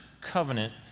covenant